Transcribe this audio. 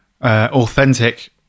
authentic